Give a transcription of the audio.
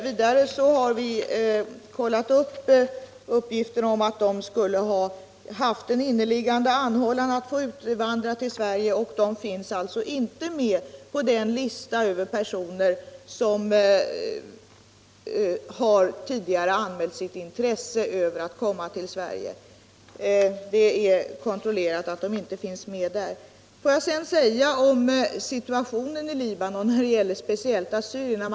Vidare har vi kollat uppgifter som lämnats om att de skulle ha haft en inneliggande anhållan om att få utvandra till Sverige, men det har visat sig att de inte finns med på den lista över personer som tidigare har anmält sitt intresse för att komma till Sverige. Det är alltså kontrollerat att de inte finns med där. Sedan vill jag säga något om situationen i Libanon, speciellt när det gäller assyrierna.